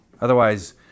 Otherwise